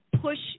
push